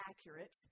accurate